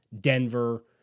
Denver